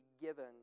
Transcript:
given